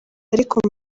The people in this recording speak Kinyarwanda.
ariko